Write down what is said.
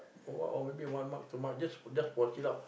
or what or maybe one mug two mug just just for chill out